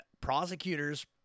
prosecutors